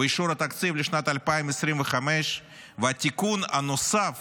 באישור התקציב לשנת 2025, והתיקון הנוסף